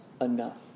enough